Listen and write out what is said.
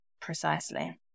precisely